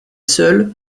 seul